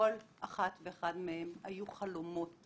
לכל אחת ואחד מהם היו חלומות,